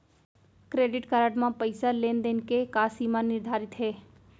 Credit card म पइसा लेन देन के का सीमा निर्धारित हे?